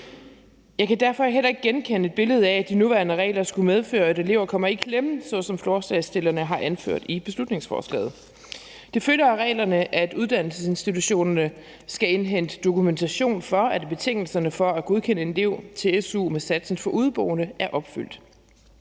Jeg kan derfor heller ikke genkende et billede af, at de nugældende regler skulle medføre, at elever kommer i klemme, sådan som forslagsstillerne har anført i beslutningsforslaget. Det følger af reglerne, at uddannelsesinstitutionerne skal indhente dokumentation for, at betingelserne for at godkende en elev til su med satsen for udeboende er opfyldt.